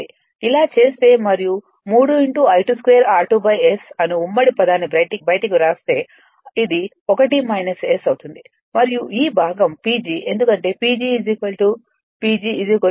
అలా చేస్తే మరియు 3 I22r2 S అను ఉమ్మడి పదాన్ని బయటికి వ్రాస్తే ఇది 1 S అవుతుంది మరియు ఈ భాగం PG ఎందుకంటే PG PG 3 I2 2 r2 S